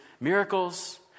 miracles